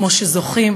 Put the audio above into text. כמו שזוכים